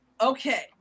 Okay